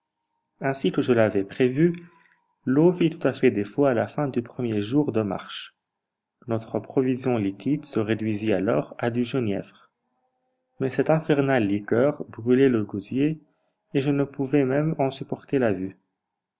ainsi que je l'avais prévu l'eau fit tout à fait défaut à fa fin du premier jour de marche notre provision liquide se réduisit alors à du genièvre mais cette infernale liqueur brûlait le gosier et je ne pouvais même en supporter la vue